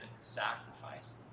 sacrifices